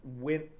went